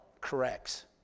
corrects